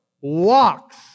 walks